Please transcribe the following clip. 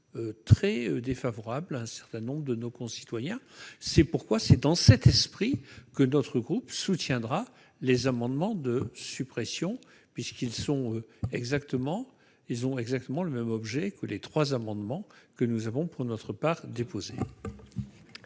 très défavorable, un certain nombre de nos concitoyens, c'est pourquoi c'est dans cet esprit que notre groupe soutiendra les amendements de suppression puisqu'ils sont exactement ils ont exactement le même objet que les trois amendements que nous avons pour notre part déposé.